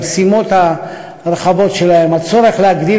המשימות הרחבות שלהם והצורך להגדיל